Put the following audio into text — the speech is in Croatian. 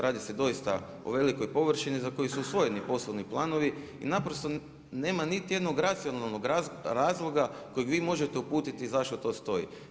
Radi se doista o velikoj površini za koju su usvojeni poslovni planovi i naprosto nema niti jednog racionalnog razloga kojeg vi možete uputiti zašto to stoji.